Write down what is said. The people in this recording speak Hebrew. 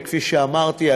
וכפי שאמרתי,